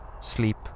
sleep